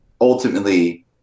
ultimately